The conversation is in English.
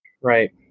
Right